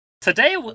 Today